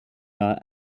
not